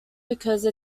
because